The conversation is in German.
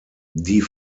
die